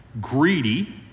greedy